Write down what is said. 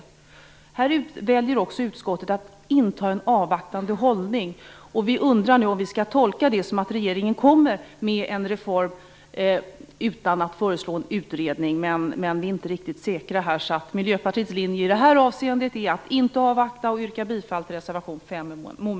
Utskottet väljer även här att inta en avvaktande hållning. Vi undrar nu om vi skall tolka det så att regeringen kommer med en reform utan att föreslå en utredning, men vi är inte riktigt säkra. Miljöpartiets linje i detta avseende är att inte avvakta. Jag yrkar därför bifall till reservation 5, mom.